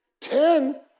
Ten